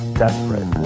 desperate